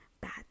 bad